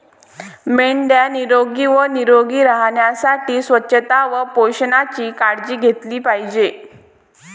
मेंढ्या निरोगी व निरोगी राहण्यासाठी स्वच्छता व पोषणाची काळजी घेतली पाहिजे